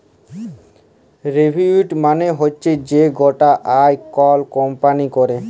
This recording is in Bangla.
রেভিলিউ মালে হচ্যে যে গটা আয় কল কম্পালি ক্যরে